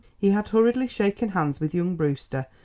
he had hurriedly shaken hands with young brewster,